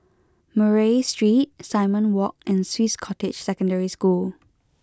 Murray Street Simon Walk and Swiss Cottage Secondary School